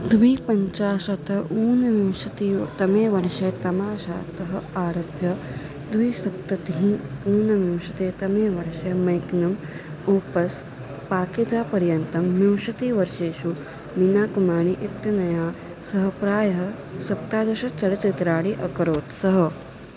द्विपञ्चाशत् ऊनविंशति तमे वर्षे तमाशातः आरभ्य द्विसप्ततिः ऊनविंशतितमे वर्षे मैग्नम् ओपस् पाकिदापर्यन्तं विंशतिवर्षेषु मीनाकुमारी इत्यनया सह प्रायः सप्तादशचलच्चित्राणि अकरोत् सः